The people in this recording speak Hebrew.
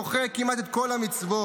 דוחה כמעט את כל המצוות.